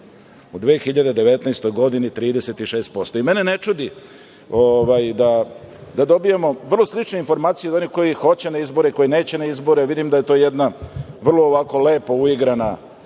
U 2019. godini 36%.Mene ne čudi da dobijamo vrlo slične informacije od onih koji hoće na izbore i koji neće na izbore. Vidim da je to jedna vrlo ovako lepo uigrana